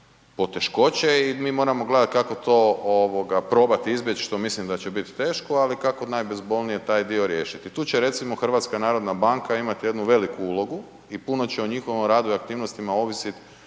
poteškoće i mi moramo gledati kako to probati izbjeći što mislim da će biti teško, ali kako najbezbolnije taj dio riješiti. Tu će recimo HNB imati jednu veliku ulogu i puno će o njihovom radu i aktivnostima ovisiti